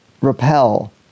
repel